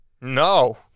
No